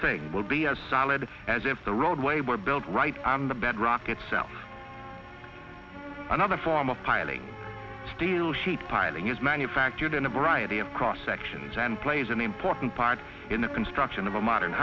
thing will be as solid as if the roadway were built right on the bedrock itself another form of piling steel sheet piling is manufactured in a variety of cross sections and plays an important part in the construction of a modern